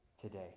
today